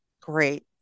Great